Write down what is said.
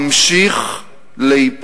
במנהיגות הישראלית ממשיך להיפגע.